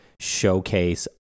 showcase